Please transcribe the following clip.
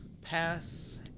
Pass